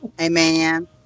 Amen